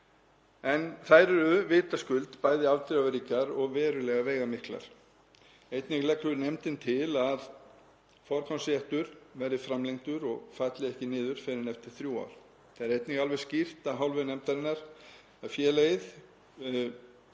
en þær eru vitaskuld bæði afdrifaríkar og verulega veigamiklar. Einnig leggur nefndin til að forgangsréttur verði framlengdur og falli ekki niður fyrr en eftir þrjú ár. Það er einnig alveg skýrt af hálfu nefndarinnar að umrætt